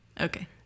Okay